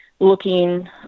Looking